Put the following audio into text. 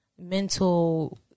mental